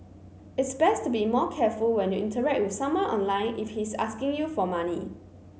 it's best to be more careful when you interact with someone online if he's asking you for money